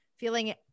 feeling